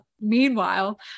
meanwhile